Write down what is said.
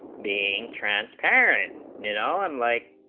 being transparent you know um like